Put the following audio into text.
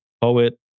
poet